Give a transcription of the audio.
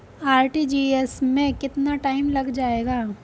RTGS में कितना time लग जाएगा?